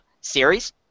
series